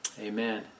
Amen